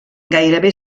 gairebé